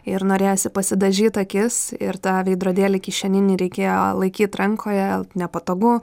ir norėjosi pasidažyt akis ir tą veidrodėlį kišeninį reikėjo laikyt rankoje nepatogu